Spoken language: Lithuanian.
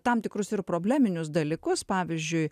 tam tikrus ir probleminius dalykus pavyzdžiui